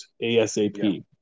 ASAP